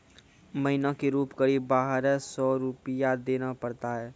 महीना के रूप क़रीब बारह सौ रु देना पड़ता है?